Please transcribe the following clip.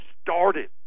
started